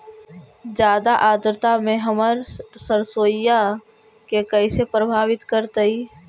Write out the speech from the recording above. जादा आद्रता में हमर सरसोईय के कैसे प्रभावित करतई?